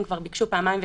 הם כבר ביקשו פעמיים.